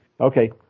Okay